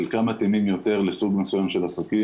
חלקם מתאימים יותר לסוג אחד של עסקים